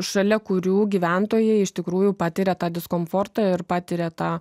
šalia kurių gyventojai iš tikrųjų patiria tą diskomfortą ir patiria tą